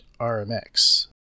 RMX